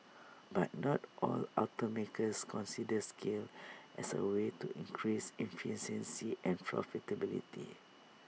but not all automakers consider scale as A way to increased efficiency and profitability